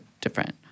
different